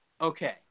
Okay